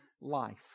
life